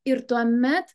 ir tuomet